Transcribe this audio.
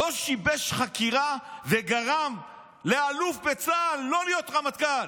לא שיבש חקירה וגרם לאלוף בצה"ל לא להיות רמטכ"ל,